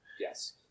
yes